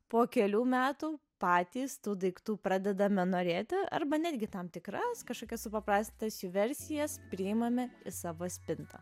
po kelių metų patys tų daiktų pradedame norėti arba netgi tam tikras kažkokias supaprastintas jų versijas priimame į savo spintą